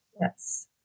Yes